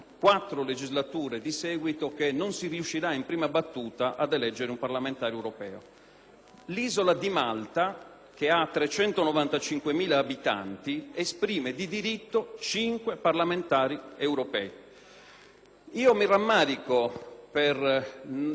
L'isola di Malta, che ha 395.000 abitanti, esprime di diritto cinque parlamentari europei. Io mi rammarico per la dichiarazione di inammissibilità dell'emendamento, che non consente di portare alla